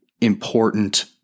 important